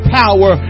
power